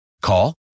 Call